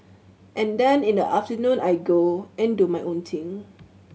and then in the afternoon I go and do my own thing